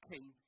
king